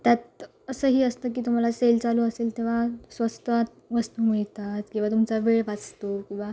त्यात असंही असतं की तुम्हाला सेल चालू असेल तेव्हा स्वस्तात वस्तू मिळतात किंवा तुमचा वेळ वाचतो किंवा